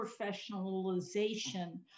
professionalization